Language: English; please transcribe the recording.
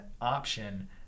option